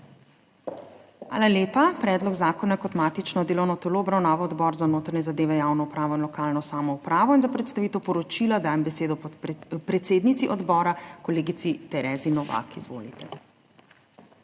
Hvala lepa. Predlog zakona je kot matično delovno telo obravnaval Odbor za notranje zadeve, javno upravo in lokalno samoupravo in za predstavitev poročila dajem besedo predsednici odbora, kolegici Terezi Novak. Izvolite.